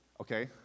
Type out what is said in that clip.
Okay